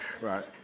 Right